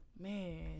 Man